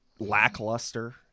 Lackluster